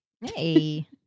Hey